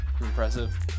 Impressive